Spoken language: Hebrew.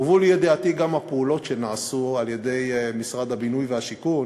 הובאו לידיעתי גם הפעולות שנעשו על-ידי משרד הבינוי והשיכון,